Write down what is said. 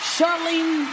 Charlene